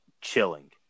chilling